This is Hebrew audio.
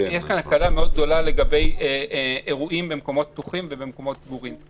יש כאן הקלה מאוד גדולה לגבי אירועים במקומות פתוחים ובמקומות סגורים.